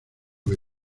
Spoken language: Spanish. que